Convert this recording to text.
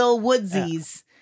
woodsies